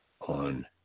on